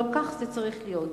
כך זה גם צריך להיות.